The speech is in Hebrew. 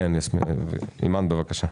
אימאן, בבקשה.